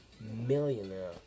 millionaire